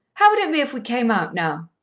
how would it be if we came out now?